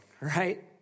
right